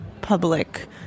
public